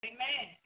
Amen